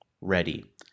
ready